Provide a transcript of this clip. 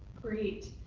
great.